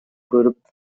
көрүп